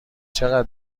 چقدر